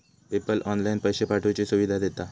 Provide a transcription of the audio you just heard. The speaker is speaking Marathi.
पेपल ऑनलाईन पैशे पाठवुची सुविधा देता